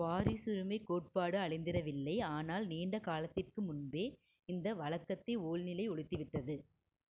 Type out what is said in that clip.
வாரிசுரிமைக் கோட்பாடு அழிந்திடவில்லை ஆனால் நீண்ட காலத்திற்கு முன்பே இந்த வழக்கத்தை ஊழ்நிலை ஒழித்து விட்டது